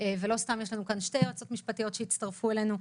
ולא סתם יש לנו כאן שתי יועצות משפטיות שהצטרפו אלינו.